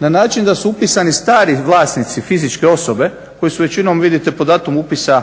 na način da su upisani stari vlasnici, fizičke osobe koji su većinom vidite po datumu upisa